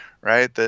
right